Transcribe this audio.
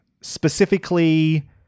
Specifically